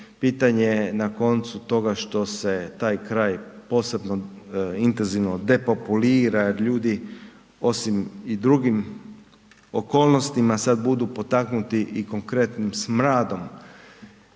pitanje na koncu toga što se taj kraj posebno intenzivno depopulira jer ljudi osim i drugim okolnostima sad budu potaknuti i konkretnim smradom